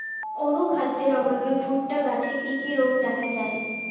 অনুখাদ্যের অভাবে ভুট্টা গাছে কি কি রোগ দেখা যায়?